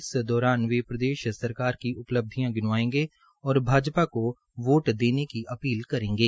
इस दौरान वे प्रदेश सरकार की उपलब्धियां गिनवाएंगे और भाजपा को वोट देने की अपील करेंगे